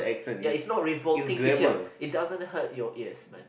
ya is not revolting to hear it doesn't hurt your ears